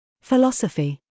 Philosophy